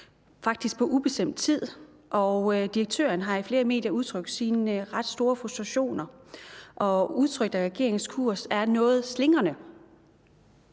faktisk på ubestemt tid. Og direktøren har i flere medier udtrykt sine ret store frustrationer og udtrykt, at regeringens kurs er noget slingrende,